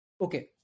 Okay